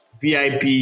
VIP